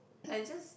I just